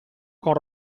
con